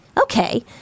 okay